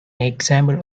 example